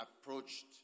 approached